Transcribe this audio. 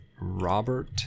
Robert